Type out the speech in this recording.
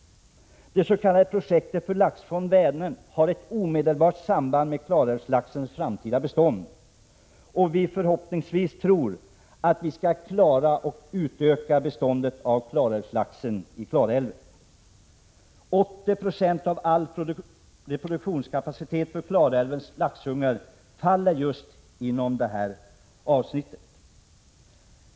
Det s.k. projektet för laxfond Vänern har ett omedelbart samband med Klarälvslaxens framtida bestånd. Vi skall förhoppningsvis utöka beståndet av Klarälvslax. 80 96 av Klarälvens reproduktionskapacitet när det gäller lax faller inom just det här avsnittet.